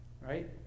Right